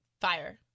fire